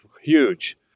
huge